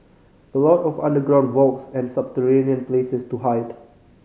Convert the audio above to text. a lot of underground vaults and subterranean places to hide